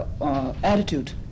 attitude